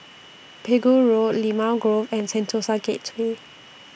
Pegu Road Limau Grove and Sentosa Gateway